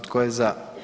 Tko je za?